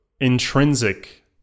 intrinsic